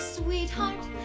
sweetheart